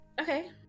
Okay